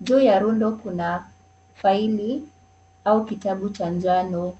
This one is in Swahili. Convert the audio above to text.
Juu ya rundo, kuna faili au kitabu cha njano.